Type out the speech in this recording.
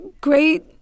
great